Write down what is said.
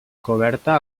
coberta